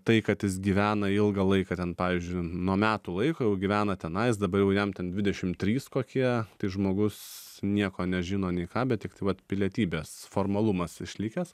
tai kad jis gyvena ilgą laiką ten pavyzdžiui nuo metų laiko jau gyvena tenai jis dabar jau jam ten dvidešim trys kokie tai žmogus nieko nežino nei ką bet tiktai vat pilietybės formalumas išlikęs